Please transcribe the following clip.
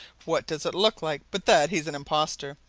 what does it look like but that he's an impostor,